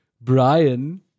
Brian